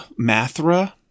Mathra